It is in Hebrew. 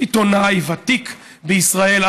עיתונאי ותיק בישראל,